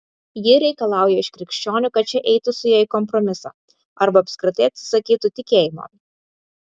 ji reikalauja iš krikščionių kad šie eitų su ja į kompromisą arba apskritai atsisakytų tikėjimo